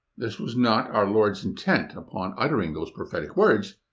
this was not our lord's intent upon uttering those prophetic words,